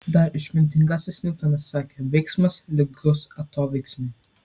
dar išmintingasis niutonas sakė veiksmas lygus atoveiksmiui